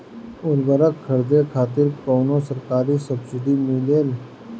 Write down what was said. उर्वरक खरीदे खातिर कउनो सरकारी सब्सीडी मिलेल?